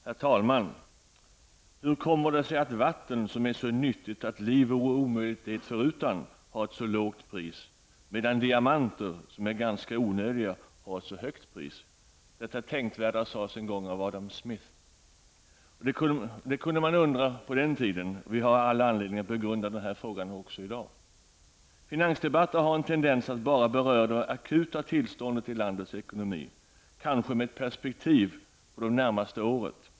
Herr talman! ''Hur kommer det sig att vatten, som är så nyttigt att liv vore omöjligt det förutan, har ett så lågt pris -- medan diamanter, som är ganska onödiga, har ett så högt pris?'' Dessa tänkvärda ord sades en gång av Adam Smith. Det kunde man undra på den tiden, men vi har all anledning att begrunda denna fråga även i dag. Finansdebatter har en tendens att bara beröra det akuta tillståndet i landets ekonomi, kanske med ett perspektiv på det närmaste året.